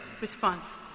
Response